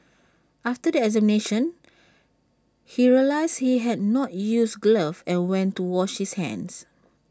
after the examination he realised he had not used gloves and went to wash his hands